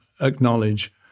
acknowledge